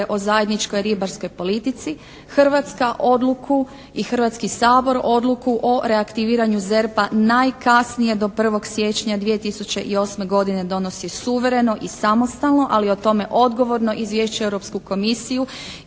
o zajedničkoj ribarskoj politici Hrvatska odluku i Hrvatski sabor odluku o reaktiviranju ZERP-a najkasnije do 1. siječnja 2008. godine donosi suvereno i samostalno. Ali o tome odgovorno izvješćuje Europsku komisiju